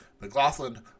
McLaughlin